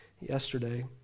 yesterday